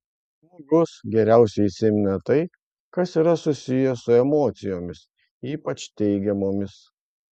žmogus geriausiai įsimena tai kas yra susiję su emocijomis ypač teigiamomis